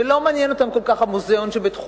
לא מעניין אותן כל כך המוזיאון שבתחומן.